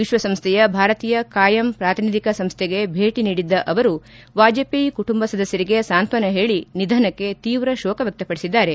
ವಿಶ್ವಸಂಸ್ವೆಯ ಭಾರತೀಯ ಕಾಯಂ ಪ್ರಾತಿನಿಧಿಕ ಸಂಸ್ವೆಗೆ ಭೇಟ ನೀಡಿದ್ದ ಅವರು ವಾಜಪೇಯಿ ಕುಟುಂಬ ಸದಸ್ಟರಿಗೆ ಸಾಂತ್ವನ ಹೇಳಿ ನಿಧನಕ್ಕೆ ತೀವ್ರ ಶೋಕ ವ್ಯಕ್ತಪಡಿಸಿದ್ದಾರೆ